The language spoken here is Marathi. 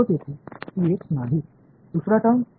0 तेथे नाही दुसरा टर्म